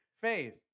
faith